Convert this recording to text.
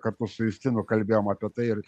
kartu su justinu kalbėjom apie tai ir